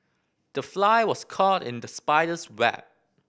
the fly was caught in the spider's web